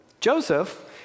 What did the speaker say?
Joseph